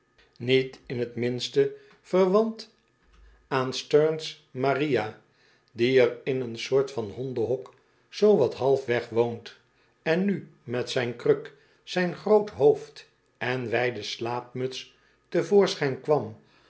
niet in het minste verwant aan sterne's maria die erin een soort van hondenhok zoo wat halfweg woont en nu met zijn kruk zijn groot hoofd en wijde slaapmuts te voorschijn kwam